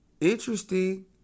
interesting